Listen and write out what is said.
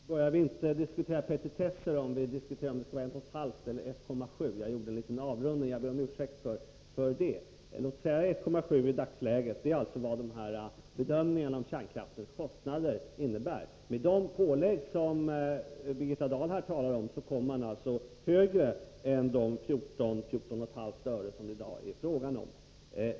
Fru talman! Börjar vi inte diskutera petitesser om vi diskuterar ifall det skall vara 1,5 eller 1,7? Jag gjorde en liten avrundning -— jag ber om ursäkt för det; låt oss säga 1,7 öre i dagsläget som bedömning av vad kärnkraftens kostnader innebär. Med de pålägg som Birgitta Dahl här talar om kommer man alltså högre än de 14 eller 14,5 öre som det i dag är fråga om.